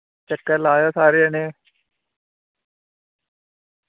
चक्कर लायो सारे जनें